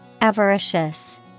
Avaricious